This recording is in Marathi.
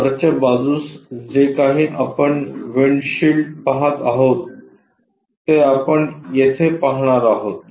वरच्या बाजूस जे काही आपण विंडशील्ड पाहत आहोत ते आपण येथे पाहणार आहोत